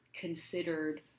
considered